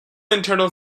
internal